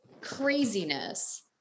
craziness